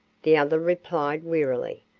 the other replied, wearily.